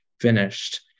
finished